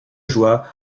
joie